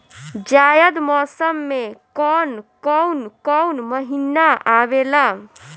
जायद मौसम में कौन कउन कउन महीना आवेला?